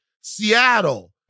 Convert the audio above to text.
Seattle